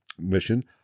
mission